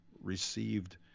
received